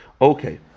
Okay